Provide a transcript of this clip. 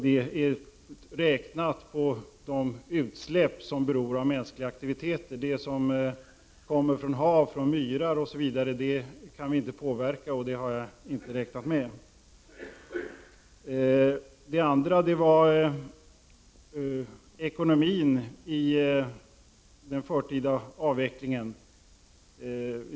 Detta är uträknat på de utsläpp som beror på mänskliga aktiviteter. De utsläpp som kommer från hav, myrar osv. kan vi inte påverka och har därför inte räknats med. Sedan har vi ekonomin i den förtida avvecklingen.